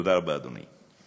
תודה רבה, אדוני.